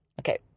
Okay